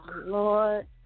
Lord